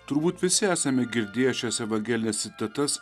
turbūt visi esame girdėję šias evangelines citatas